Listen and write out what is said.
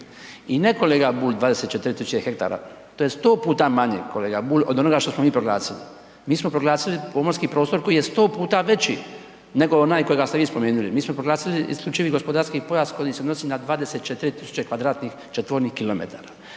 I ne kolega Bulj, 24 000 ha, to je 100 puta manje od onoga što smo mi proglasili, mi smo proglasili pomorski prostor koji je 100 puta veći nego onaj kojega ste vi spomenuli, mi smo proglasili isključivi gospodarski pojas koji se odnosi na 24 000 km2 i u tom